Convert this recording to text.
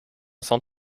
cent